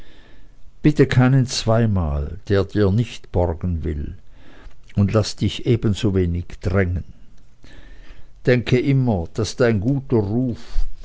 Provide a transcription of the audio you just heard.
bitte keinen zweimal der dir nicht borgen will und laß dich ebensowenig drängen denke immer daß dein guter ruf